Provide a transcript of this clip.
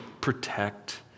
protect